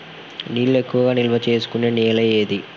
నీళ్లు ఎక్కువగా నిల్వ చేసుకునే నేల ఏది?